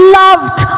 loved